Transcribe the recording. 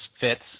fits